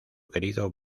querido